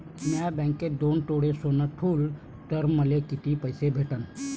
म्या बँकेत दोन तोळे सोनं ठुलं तर मले किती पैसे भेटन